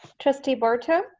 trustee barto.